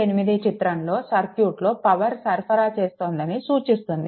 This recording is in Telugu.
28 చిత్రంలోని సర్క్యూట్ లో పవర్ సరఫరా చేస్తోందని సూచిస్తుంది